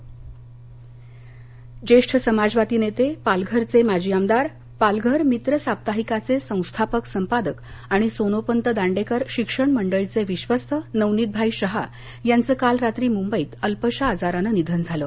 निधन पालघर जेष्ठ समाजवादी नेते पालघरचे माजी आमदार पालघर मित्र साप्ताहिकाचे संस्थापक संपादक आणि सोनोपंत दांडेकर शिक्षण मंडळीचे विश्वस्त नवनीतभाई शाह यांचं काल रात्री मुंबईत अल्पशा आजारानं निधन झालं